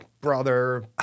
brother